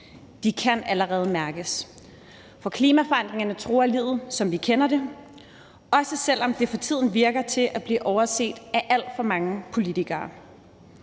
De kan allerede mærkes, for klimaforandringerne truer livet, som vi kender det, også selv om det for tiden virker til at blive overset af alt for mange politikere.